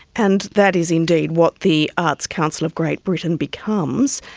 and that is indeed what the arts council of great britain becomes,